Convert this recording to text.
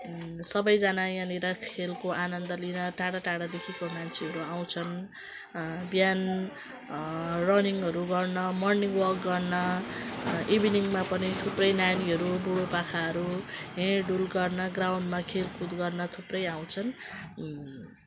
सबैजना यहाँनिर खेलको आनन्द लिन टाढा टाढादेखिको मान्छेहरू आउँछन् बिहान रनिङहरू गर्न मर्निङ वाक गर्न इभिनिङमा पनि थुप्रै नानीहरू बुढोपाकाहरू हिँड्डुल गर्न ग्राउन्डमा खेलकुद गर्न थुप्रै आउँछन्